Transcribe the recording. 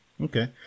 Okay